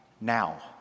now